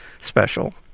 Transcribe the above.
special